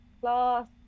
class